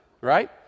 right